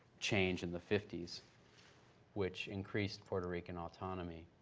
change in the fifties which increased puerto rican autonomy.